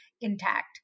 intact